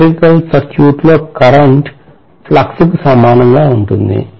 electrical సర్క్యూట్లో current flux కు సమానంగా ఉంటుంది